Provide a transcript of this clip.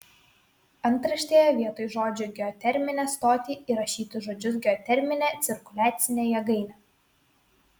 antraštėje vietoj žodžių geoterminę stotį įrašyti žodžius geoterminę cirkuliacinę jėgainę